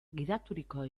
gidaturiko